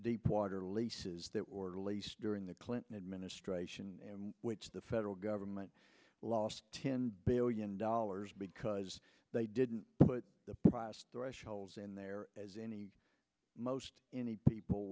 deepwater leases that were released during the clinton administration which the federal government lost ten billion dollars because they didn't put the price thresholds in there as any most any people